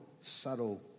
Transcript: subtle